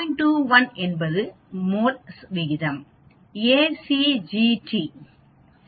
21 என்பது மோல் விகிதம் A C G T